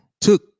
took